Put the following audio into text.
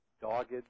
dogged